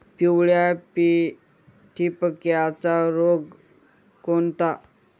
पिवळ्या ठिपक्याचा रोग कोणता?